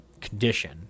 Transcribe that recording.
condition